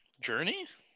Journeys